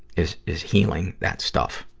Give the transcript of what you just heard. is, is healing that stuff,